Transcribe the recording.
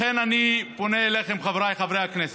לכן אני פונה אליכם, חבריי חברי הכנסת: